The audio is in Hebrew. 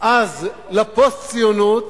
אז לפוסט-ציונות